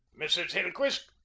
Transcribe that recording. mrs. hillcrist,